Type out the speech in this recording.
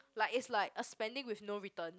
like it's like a spending with no return